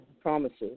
promises